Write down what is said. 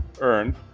earned